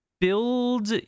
build